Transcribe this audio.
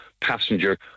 passenger